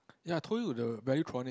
ya I did you the Valuetronic